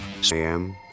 Sam